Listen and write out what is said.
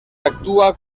actua